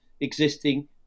existing